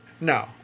No